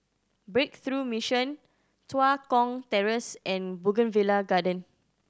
Breakthrough Mission Tua Kong Terrace and Bougainvillea Garden